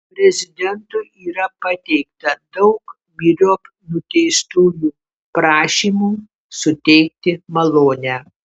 prezidentui yra pateikta daug myriop nuteistųjų prašymų suteikti malonę